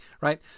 right